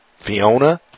Fiona